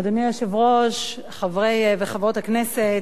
אדוני היושב-ראש, חברי וחברות הכנסת,